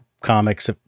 comics